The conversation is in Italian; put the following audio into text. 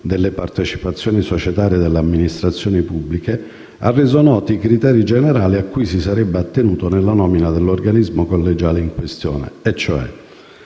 delle partecipazioni societarie delle amministrazioni pubbliche, ha reso noti i criteri generali a cui si sarebbe attenuto nella nomina dell'organismo collegiale in questione: dare